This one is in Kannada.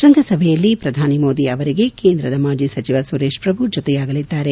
ಶ್ಯಂಗ ಸಭೆಯಲ್ಲಿ ಪ್ರಧಾನಮಂತ್ರಿ ನರೇಂದ್ರ ಮೋದಿ ಅವರಿಗೆ ಕೇಂದ್ರದ ಮಾಜಿ ಸಚಿವ ಸುರೇಶ್ ಪ್ರಭು ಜೊತೆಯಾಗಲಿದ್ದಾರೆ